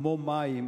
כמו מים,